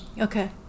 Okay